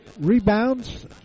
rebounds